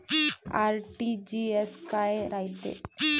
RTGS काय रायते?